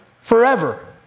forever